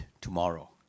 tomorrow